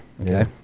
Okay